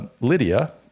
Lydia